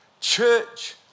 church